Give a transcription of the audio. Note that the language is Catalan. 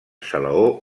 salaó